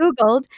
Googled